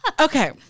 Okay